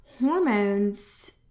hormones